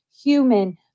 human